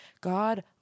God